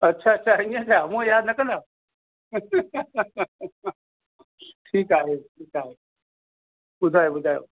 अच्छा अच्छा ईअं छा हूअं यादि न कंदा आहियो ठीकु आहे ठीकु आहे ॿुधायो ॿुधायो